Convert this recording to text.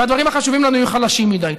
והדברים החשובים לנו יהיו חלשים מדי.